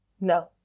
No